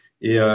Et